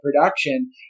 production